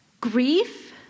Grief